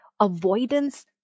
avoidance